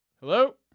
Hello